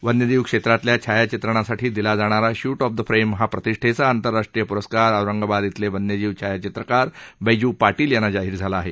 वन्यजीव क्षेत्रातल्या छायाचित्रणासाठी दिला जाणारा शूट ऑफ द फ्रेम हा प्रतिष्ठेचा आंतरराष्ट्रीय प्रस्कार औरंगाबाद इथले वन्यजीव छायाचित्रकार बैजू पाटील यांना जाहीर झाला आहे